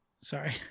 Sorry